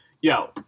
Yo